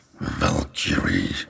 Valkyrie